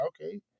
okay